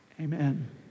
Amen